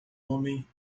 homem